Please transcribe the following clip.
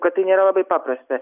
kad tai nėra labai paprasta